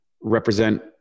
represent